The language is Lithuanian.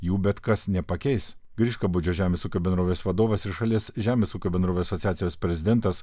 jų bet kas nepakeis griškabūdžio žemės ūkio bendrovės vadovas ir šalies žemės ūkio bendrovių asociacijos prezidentas